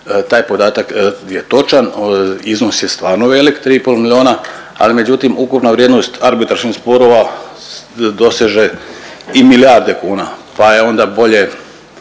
Taj podatak je točan, iznos je stvarno velik 3,5 milijuna, ali međutim ukupna vrijednost arbitražnih sporova doseže i milijarde kuna, pa je onda bolje,